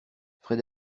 fred